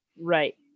Right